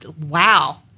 wow